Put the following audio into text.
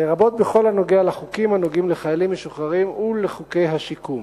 לרבות בכל הנוגע לחוקים הנוגעים לחיילים משוחררים ולחוקי השיקום.